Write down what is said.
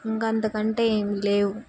ఇంక అంతకంటే ఏమి లేవు